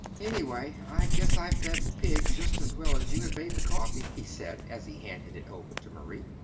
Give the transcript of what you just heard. anyway, i guess i've fed the pig just as well as you have made the coffee, he said, as he handed it over to marie.